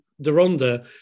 Deronda